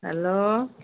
hello